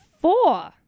four